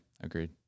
agreed